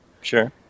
Sure